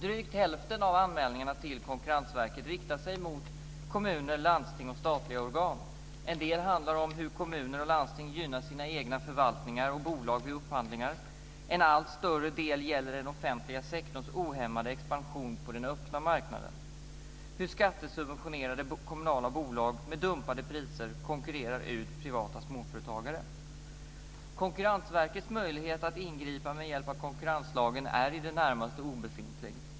Drygt hälften av anmälningarna till Konkurrensverket riktar sig mot kommuner, landsting och statliga organ. En del handlar om hur kommuner och landsting gynnar sina egna förvaltningar och bolag vid upphandlingar. En allt större del gäller den offentliga sektorns ohämmade expansion på den öppna marknaden - hur skattesubventionerade kommunala bolag med dumpade priser konkurrerar ut privata småföretagare. Konkurrensverkets möjlighet att ingripa med hjälp av konkurrenslagen är i det närmaste obefintlig.